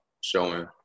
showing